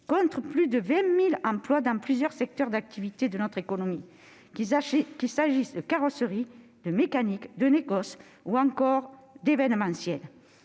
compte plus de 20 000 emplois dans plusieurs secteurs d'activité de notre économie. Qu'il s'agisse de carrosserie, de mécanique, de négoce ou encore d'événementiel,